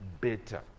better